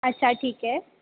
अच्छा ठीक आहे